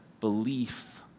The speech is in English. belief